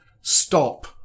stop